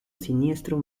siniestro